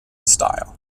style